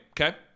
Okay